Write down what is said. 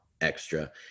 extra